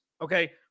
okay